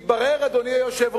התברר, אדוני היושב-ראש,